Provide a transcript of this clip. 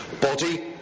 Body